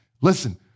Listen